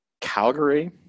Calgary